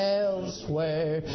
elsewhere